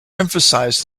emphasized